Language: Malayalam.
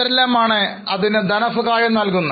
ആരെല്ലാം ആണ് അതിനെ ധനസഹായം നൽകുന്നത്